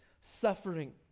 suffering